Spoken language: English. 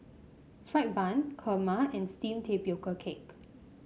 fried bun Kurma and steamed Tapioca Cake